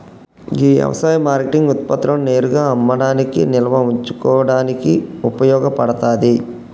గీ యవసాయ మార్కేటింగ్ ఉత్పత్తులను నేరుగా అమ్మడానికి నిల్వ ఉంచుకోడానికి ఉపయోగ పడతాది